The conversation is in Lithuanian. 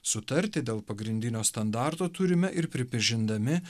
sutarti dėl pagrindinio standarto turime ir pripažindami